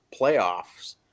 playoffs